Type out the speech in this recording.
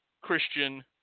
Christian